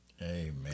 Amen